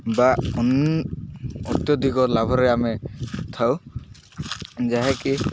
ବା ଅତ୍ୟଧିକ ଲାଭରେ ଆମେ ଥାଉ ଯାହାକି